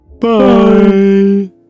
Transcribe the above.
Bye